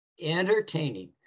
entertaining